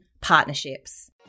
partnerships